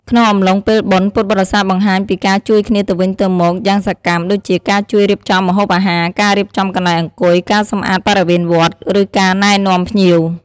ក្នុងអំឡុងពេលបុណ្យ ពុទ្ធបរិស័ទបង្ហាញពីការជួយគ្នាទៅវិញទៅមកយ៉ាងសកម្ម ដូចជាការជួយរៀបចំម្ហូបអាហារ ការរៀបចំកន្លែងអង្គុយ ការសម្អាតបរិវេណវត្ត ឬការណែនាំភ្ញៀវ។